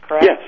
Yes